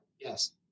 yes